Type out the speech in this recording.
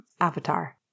Avatar